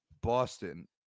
Boston